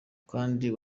kandi